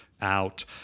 out